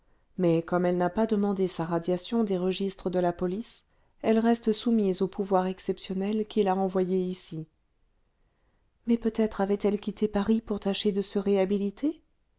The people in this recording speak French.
mais comme elle n'a pas demandé sa radiation des registres de la police elle reste soumise au pouvoir exceptionnel qui l'a envoyée ici mais peut-être avait-elle quitté paris pour tâcher de se réhabiliter